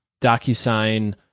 DocuSign